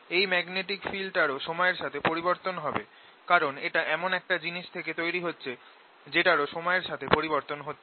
এই ম্যাগনেটিক ফিল্ডটারও সময়ের সাথে পরিবর্তন হবে কারণ এটা এমন একটা জিনিশ থেকে তৈরি হচ্ছে যেটারও সময়ের সাথে পরিবর্তন হচ্ছে